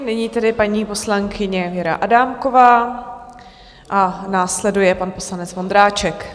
Nyní paní poslankyně Věra Adámková a následuje pan poslanec Vondráček.